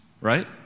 right